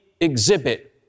exhibit